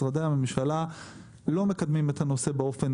אבל משרדי הממשלה לא מקדמים הנושא באופן